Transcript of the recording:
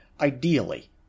Ideally